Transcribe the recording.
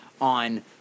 on